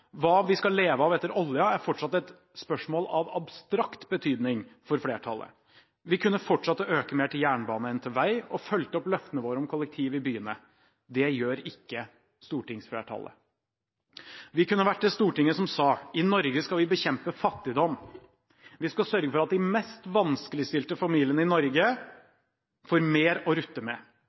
Hva vi skal leve av etter oljen, er fortsatt et spørsmål av abstrakt betydning for flertallet. Vi kunne fortsatt å øke mer til jernbane enn til vei, og fulgt opp løftene våre om kollektivsatsing i byene. Det gjør ikke stortingsflertallet. Vi kunne vært det stortinget som sa: I Norge skal vi bekjempe fattigdom. Vi skal sørge for at de mest vanskeligstilte familiene i Norge får mer å rutte med.